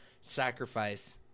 sacrifice